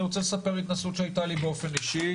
אני רוצה לספר התנסות שהייתה לי באופן אישי,